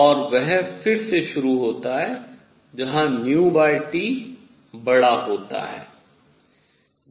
और वह फिर से शुरू होता है जहां T बड़ा होता है